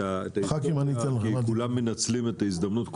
ההיסטוריה כי כולם מנצלים את ההזדמנות,